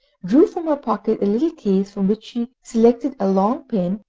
drew from her pocket a little case, from which she selected a long pin,